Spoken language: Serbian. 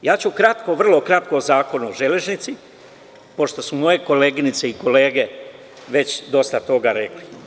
Ja ću kratko, vrlo kratko o Zakonu o železnici, pošto su moje koleginice i kolege već dosta toga rekli.